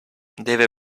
deve